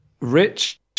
Rich